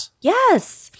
Yes